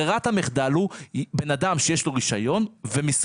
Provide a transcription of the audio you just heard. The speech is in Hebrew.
ברירת המחדל היא בן אדם שיש לו רישיון ומשרד